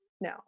no